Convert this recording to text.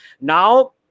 Now